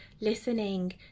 listening